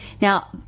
Now